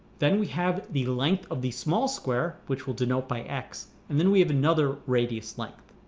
then, we have the length of the small square, which we'll denote by x, and then we have another radius length.